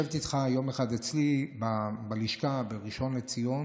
לשבת איתך יום אחד אצלי בלשכה בראשון לציון.